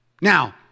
Now